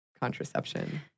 contraception